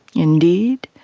indeed,